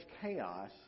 chaos